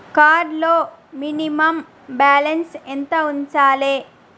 Card లో minimum balance ఎంత ఉంచాలే?